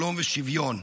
שלום ושוויון: